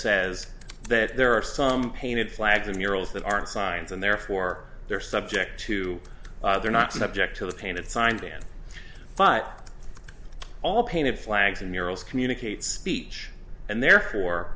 says that there are some painted flags and murals that aren't signs and therefore they're subject to they're not subject to the painted signed in but all painted flags and murals communicate speech and therefore